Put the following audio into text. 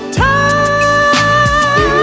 time